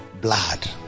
blood